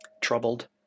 troubled